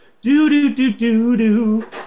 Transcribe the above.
Do-do-do-do-do